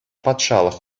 патшалӑх